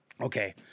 okay